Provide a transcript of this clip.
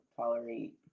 tolerate